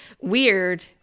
Weird